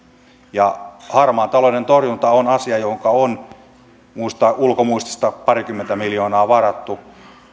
harmaan talouden torjunta on asia johonka on ulkomuistista parikymmentä miljoonaa varattu